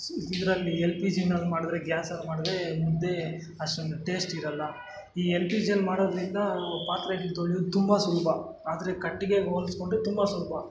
ಇದರಲ್ಲಿ L P ಜಿಯಲ್ಲಿ ಮಾಡಿದ್ರೆ ಗ್ಯಾಸಲ್ಲಿ ಮಾಡಿದ್ರೆ ಮುದ್ದೆ ಅಷ್ಟೊಂದು ಟೇಸ್ಟ್ ಇರೋಲ್ಲ ಈ ಎಲ್ ಪಿ ಜಿಯಲ್ಲಿ ಮಾಡೋದ್ರಿಂದ ಪಾತ್ರೆಗಳು ತೊಳೆಯೋದು ತುಂಬ ಸುಲಭ ಆದರೆ ಕಟ್ಟಿಗೆಗೆ ಹೋಲಿಸ್ಕೊಂಡ್ರೆ ತುಂಬ ಸುಲಭ